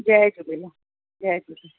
जय झूलेलाल जय झूलेलाल